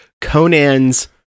Conan's